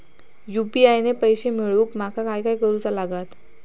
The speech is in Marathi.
यू.पी.आय ने पैशे मिळवूक माका काय करूचा लागात?